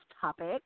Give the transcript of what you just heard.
topic